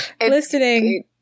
Listening